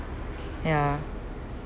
ya